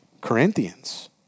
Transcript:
Corinthians